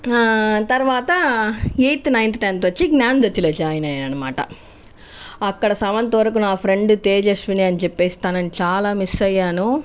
తర్వాత eighth ninth tenth వచ్చి జ్ఞానజ్యోతిలో జాయిన్ అయినాను అన్నమాట అక్కడ సెవెంత్ వరకు నా ఫ్రెండ్ తేజస్విని అని చెప్పి తనను చాలా మిస్ అయ్యాను